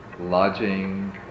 lodging